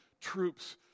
troops